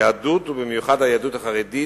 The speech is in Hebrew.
היהדות, ובמיוחד היהדות החרדית,